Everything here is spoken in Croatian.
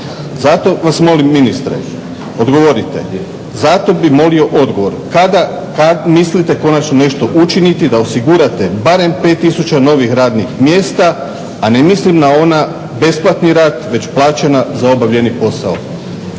Zato vas molim ministre odgovorite, zato bi molio odgovor kada mislite nešto učiniti da osigurate barem 5 tisuća novih radnih mjesta, a ne mislim na ona besplatni rad, već plaćena za obavljeni posao?